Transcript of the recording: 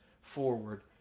forward